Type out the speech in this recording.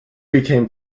became